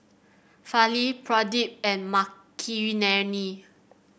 Fali Pradip and Makineni